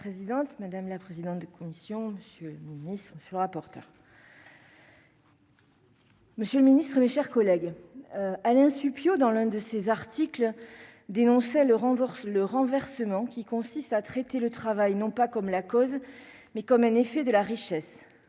madame la présidente de commission monsieur nouveau sur le rapporteur. Monsieur le Ministre, mes chers collègues, Alain Supiot dans l'un de ses articles, dénonçait le renforce le renversement qui consiste à traiter le travail non pas comme la cause mais comme un effet de la richesse